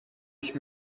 ich